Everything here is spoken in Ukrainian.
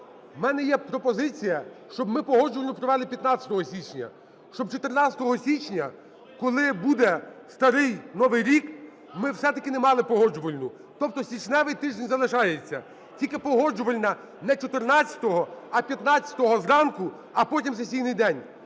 В мене є пропозиція, щоб ми Погоджувальну провели 15 січня, щоб 14 січня, коли буде Старий Новий рік, ми все-таки не мали Погоджувальну. Тобто січневий тиждень залишається, тільки Погоджувальна не 14-го, а 15-го зранку, а потім сесійний день.